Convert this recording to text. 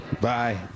Bye